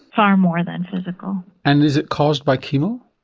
far more than physical. and is it caused by chemo?